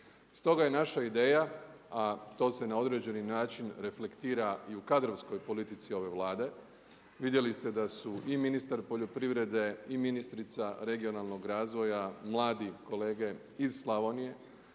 Stoga je naša ideja, a to se na određeni način reflektira i u kadrovskoj politici ove Vlade, vidjeli ste da su i ministar poljoprivrede i ministrica regionalnog razvoja mladi kolege iz Slavonije